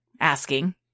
asking